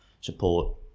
support